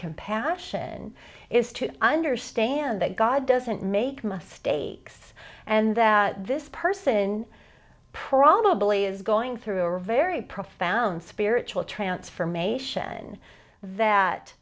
compassion is to understand that god doesn't make mistakes and that this person probably is going through are very profound spiritual transformation that